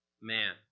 man